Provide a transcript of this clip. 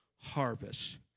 harvest